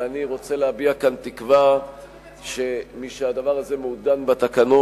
אני רוצה להביע תקווה שמשיעוגן הדבר הזה בתקנון,